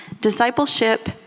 Discipleship